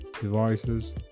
devices